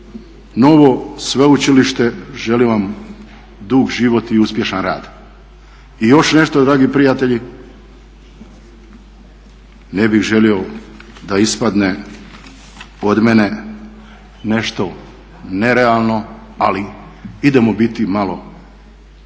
novo sveučilište želim vam dug život i uspješan rad. I još nešto dragi prijatelji, ne bih želio da ispadne od mene nešto nerealno ali idemo biti malo